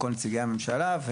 כל נציגי הממשלה,